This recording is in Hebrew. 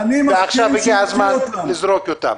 ועכשיו הגיע הזמן לזרוק אותם.